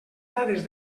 dades